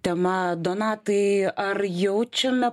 tema donatai ar jaučiame